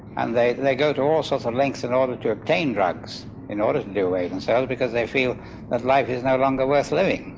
and they they go to all sorts of lengths in order to obtain drugs in order to do away with themselves, because they feel that life is no longer worth living.